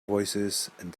voicesand